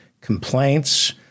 complaints